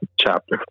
chapter